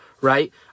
right